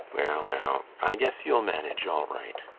well now, i guess you'll manage all right,